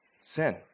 Sin